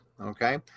Okay